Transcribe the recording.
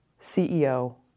CEO